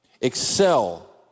excel